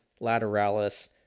Lateralis